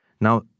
now